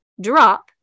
drop